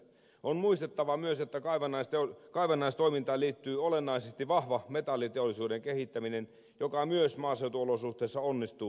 on muistettava myös että kaivannaistoimintaan liittyy olennaisesti vahva metalliteollisuuden kehittäminen joka myös maaseutuolosuhteissa onnistuu